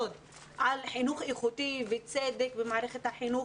על חינוך איכותי וצדק במערכת החינוך,